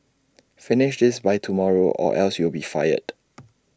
finish this by tomorrow or else you'll be fired